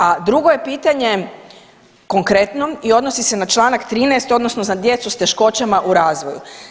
A drugo je pitanje konkretno i odnosi se na čl. 13, odnosno na djecu s teškoćama u razvoju.